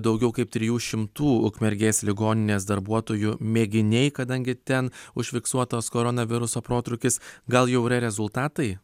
daugiau kaip trijų šimtų ukmergės ligoninės darbuotojų mėginiai kadangi ten užfiksuotas koronaviruso protrūkis gal jau yra rezultatai